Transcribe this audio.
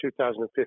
2015